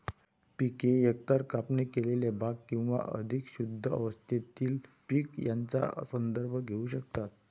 पिके एकतर कापणी केलेले भाग किंवा अधिक शुद्ध अवस्थेतील पीक यांचा संदर्भ घेऊ शकतात